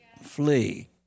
flee